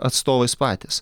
atstovais patys